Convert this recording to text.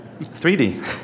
3D